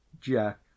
Jack